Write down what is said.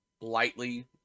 lightly